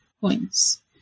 points